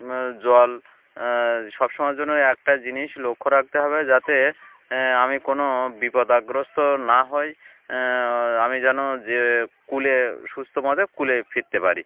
জল সব সমময় জন্য একটা জিনিস লক্ষ্য রাখতে হবে যাতে আমি কোনো বিপদাগ্রস্ত না হই আমি যেন যে কুলে সুস্থ মতে কুলে ফিরতে পারি